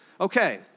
Okay